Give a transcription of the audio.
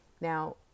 Now